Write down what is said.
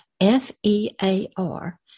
F-E-A-R